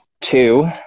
Two